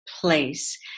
place